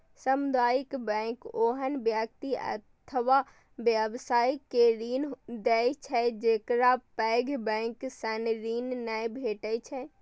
सामुदायिक बैंक ओहन व्यक्ति अथवा व्यवसाय के ऋण दै छै, जेकरा पैघ बैंक सं ऋण नै भेटै छै